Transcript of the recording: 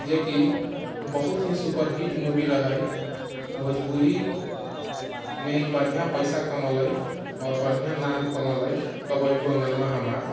जेकि बहुत ही सुपरहिट मूवी रहै भोजपुरीमे ई बढ़िआँ पैसा कमेलै आओर बढ़िआँ नाम कमेलै कब अयबू अङ्गनवा हमार